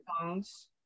songs